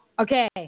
Okay